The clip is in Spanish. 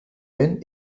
ven